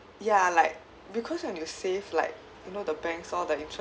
ya like because when you save like you know the banks all the